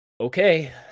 Okay